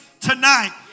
tonight